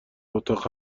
اتاق